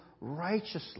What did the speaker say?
righteously